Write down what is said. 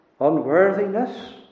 unworthiness